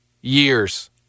years